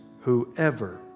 Whoever